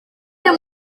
amb